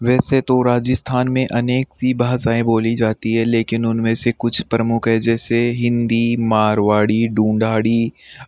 वैसे तो राजस्थान में अनेक सी भाषाएँ बोली जाती है लेकिन उनमें से कुछ प्रमुख हैं जैसे हिंदी मारवाड़ी ढूंढाड़ी